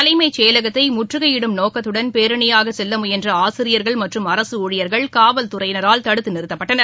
தலைமைச் செயலகத்தை முற்றுகை இடும் நோக்கத்துடன் பேரனியாக செல்ல முயன்ற ஆசிரியர்கள் மற்றும் அரசு ஊழியர்கள் காவல்துறையினரால் தடுத்து நிறுத்தப்பட்டுனர்